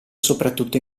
soprattutto